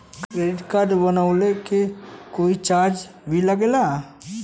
Credit card बनवावे के कोई चार्ज भी लागेला?